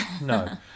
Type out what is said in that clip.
No